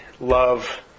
love